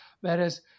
Whereas